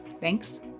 thanks